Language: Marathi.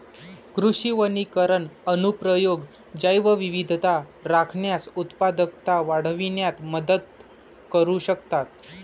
कृषी वनीकरण अनुप्रयोग जैवविविधता राखण्यास, उत्पादकता वाढविण्यात मदत करू शकतात